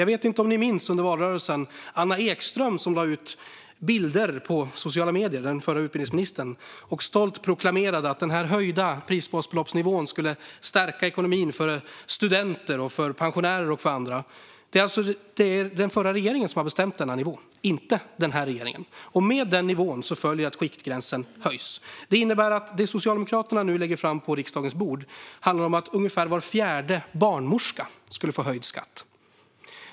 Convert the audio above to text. Jag vet inte om ni minns att den förra utbildningsministern Anna Ekström under valrörelsen lade ut bilder på sociala medier och stolt proklamerade att den höjda prisbasbeloppsnivån skulle stärka ekonomin för studenter, pensionärer och andra. Det är alltså den förra regeringen som har bestämt denna nivå, inte denna regering. Och med den nivån följer att skiktgränsen höjs. Det Socialdemokraterna nu lägger fram på riksdagens bord handlar om att ungefär var fjärde barnmorska skulle få höjd skatt.